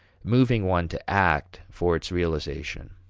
moving one to act for its realization.